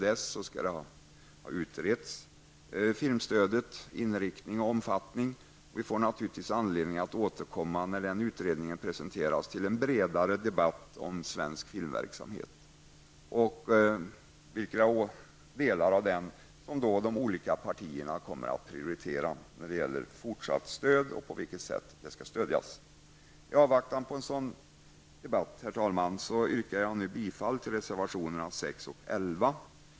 Dessförinnan skall filmstödet, dess inriktning och omfattning, ha utretts. När den utredningen presenteras får vi naturligtvis anledning att återkomma till en bredare debatt om svensk filmverksamhet, vilka delar av den som de olika partierna prioriterar för fortsatt stöd och på vilket sätt de skall stödjas. I avvaktan på en sådan debatt, herr talman, yrkar jag nu bifall till reservationerna 6 och 11.